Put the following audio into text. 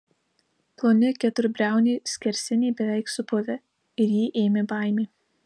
ploni keturbriauniai skersiniai beveik supuvę ir jį ėmė baimė